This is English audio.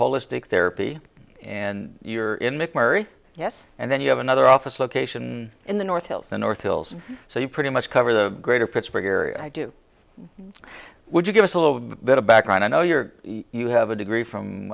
holistic therapy and you're in mcmurtrie yes and then you have another office location in the north hills and north hills so you pretty much cover the greater pittsburgh area i do would you give us a little bit of background i know your you have a degree from